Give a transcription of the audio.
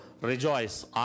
rejoice